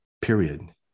period